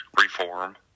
Reform